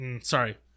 sorry